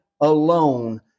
alone